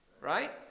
Right